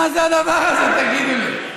מה זה הדבר הזה, תגידו לי?